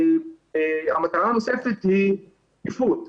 המטרה הנוספת היא שקיפות.